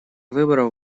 выборов